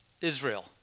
Israel